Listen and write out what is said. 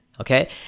Okay